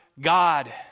God